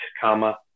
comma